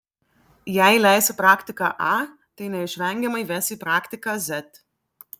jei leisi praktiką a tai neišvengiamai ves į praktiką z